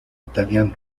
italiano